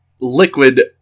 liquid